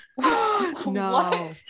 No